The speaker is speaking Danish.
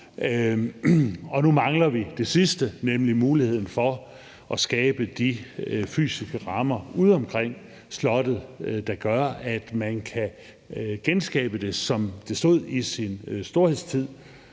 og nu mangler vi det sidste, nemlig muligheden for at skabe de fysiske rammer ude omkring slottet, der gør, at man kan genskabe det, som det stod i sin storhedstid,